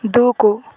దూకు